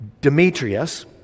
Demetrius